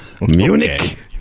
Munich